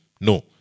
No